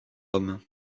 homme